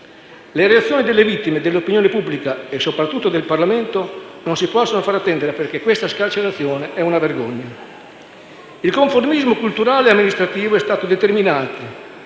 Le reazioni delle vittime, dell'opinione pubblica e soprattutto del Parlamento non possono farsi attendere, perché questa scarcerazione è una vergogna. Il conformismo culturale e amministrativo è stato determinante